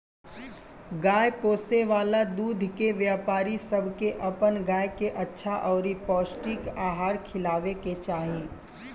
गाय पोसे वाला दूध के व्यापारी सब के अपन गाय के अच्छा अउरी पौष्टिक आहार खिलावे के चाही